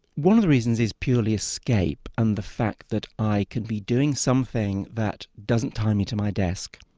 one of the reasons is purely escape and the fact that i can be doing something that doesn't tie me to my desk.